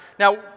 Now